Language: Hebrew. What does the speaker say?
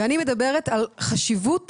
אני מדברת על חשיבות